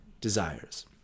desires